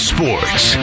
Sports